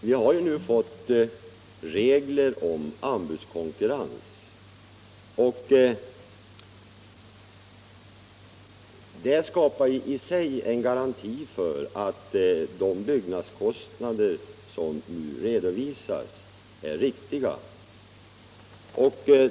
Vi har ju nu fått regler om anbudskonkurrens, som i sig skapar en garanti för att de byggnadskostnader som redovisas är riktiga.